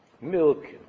Milk